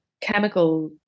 chemical